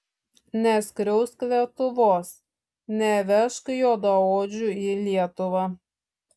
neskriausk lietuvos nevežk juodaodžių į lietuvą